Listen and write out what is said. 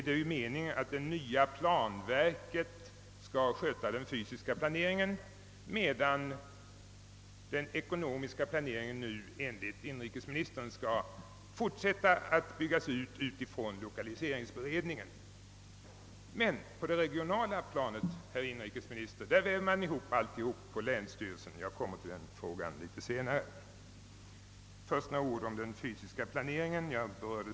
Det är meningen att det nya planverket skall sköta den fysiska planeringen, medan den ekonomiska enligt inrikesministern även i fortsättningen skall utbyggas med utgångspunkt från lokaliseringsberedningen. Men på det regionala planet väver man tillsammans alla frågor i länsstyrelsen. är det rätt herr inrikesminister? Jag återkommer till den frågan litet senare. Först vill jag säga några ord om den fysiska planeringen.